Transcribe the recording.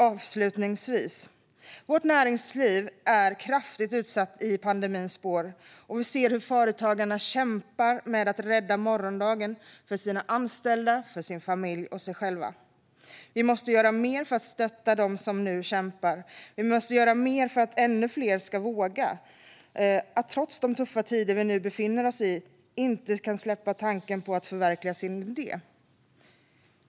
Avslutningsvis: Vårt näringsliv är kraftigt utsatt i pandemins spår, och vi ser hur företagarna kämpar med att rädda morgondagen för sina anställda, för sin familj och för sig själva. Vi måste göra mer för att stötta dem som nu kämpar. Och vi måste göra mer för att ännu fler, trots de tuffa tider vi nu befinner oss i, ska våga att inte släppa tanken på att förverkliga sin idé.